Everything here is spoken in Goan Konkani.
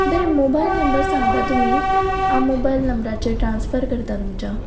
बरें मोबायल नंबर सांगता तुमी आ मोबायल नंबराचेर ट्रान्स्फर करतां तुमच्या